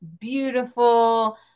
beautiful